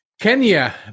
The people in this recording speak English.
Kenya